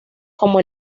como